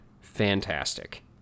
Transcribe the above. fantastic